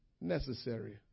necessary